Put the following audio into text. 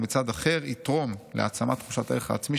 ומצד אחר יתרום להעצמה תחושות הערך העצמי